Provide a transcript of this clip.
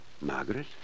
Margaret